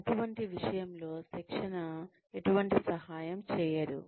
అటువంటి సమయంలో శిక్షణ సహాయం చేయదు